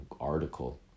article